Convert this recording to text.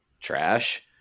trash